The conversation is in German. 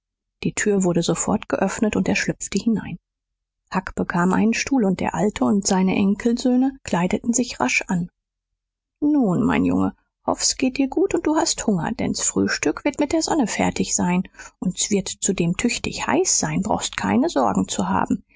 die tür wurde sofort geöffnet und er schlüpfte hinein huck bekam einen stuhl und der alte und seine enakssöhne kleideten sich rasch an nun mein junge hoff s geht dir gut und du hast hunger denn s frühstück wird mit der sonne fertig sein und s wird zudem tüchtig heiß sein brauchst keine sorgen zu haben